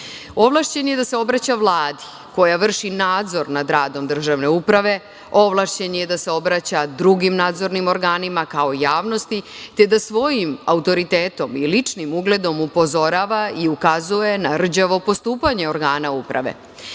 rad. Ovlašćen je da se obraća Vladi, koja vrši nadzor nad radom državne uprave, ovlašćen je da se obraća drugim nadzornim organima, kao javnosti i te da svojim autoritetom i ličnim ugledom upozorava i ukazuje na rđavo postupanje organa